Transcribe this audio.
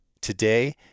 Today